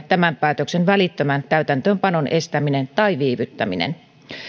tämän päätöksen välittömän täytäntöönpanon estäminen tai viivyttäminen